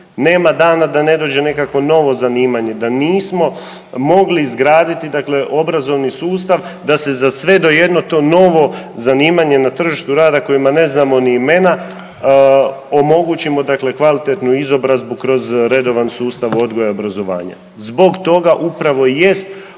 Nema dana da ne dođe nekakvo novo zanimanje. Da nismo mogli izgraditi dakle obrazovni sustav da se za sve do jedno to novo zanimanje na tržištu rada kojima ne znamo ni imena omogućimo dakle kvalitetnu izobrazbu kroz redovan sustav odgoja i obrazovanja. Zbog toga upravo i jest